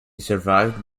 survived